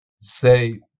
say